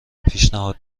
پیشنهاد